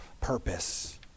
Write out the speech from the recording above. purpose